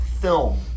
film